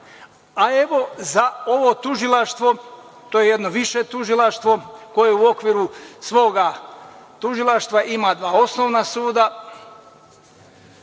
budžeta.Za ovo tužilaštvo, to je jedno više tužilaštvo koje u okviru svoga tužilaštva ima dva osnovna suda,